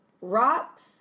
rocks